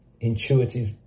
...intuitive